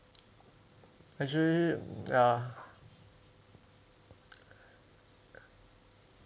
actually ya